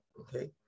okay